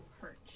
perch